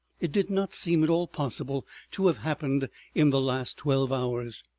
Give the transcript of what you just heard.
it did not seem at all possible to have happened in the last twelve hours.